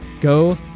Go